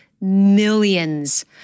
millions